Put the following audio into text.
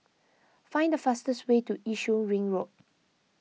find the fastest way to Yishun Ring Road